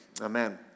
amen